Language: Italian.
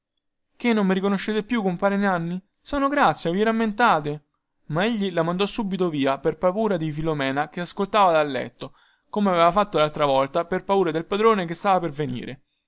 che non mi riconoscete più compare nanni sono grazia vi rammentate ma egli la mandò subito via per paura di filomena che ascoltava dal letto come aveva fatto laltra volta per paura del padrone che stava per venire